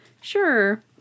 Sure